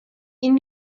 این